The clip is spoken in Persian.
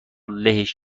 لهش